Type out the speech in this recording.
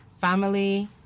family